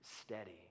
steady